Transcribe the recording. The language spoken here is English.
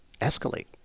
escalate